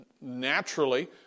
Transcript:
naturally